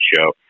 show